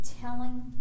telling